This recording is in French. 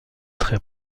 très